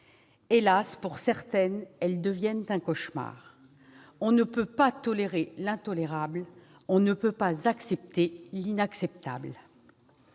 Las, pour certaines, elles deviennent un cauchemar. On ne peut ni tolérer l'intolérable ni accepter l'inacceptable.